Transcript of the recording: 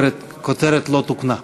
הכותרת לא תוקנה.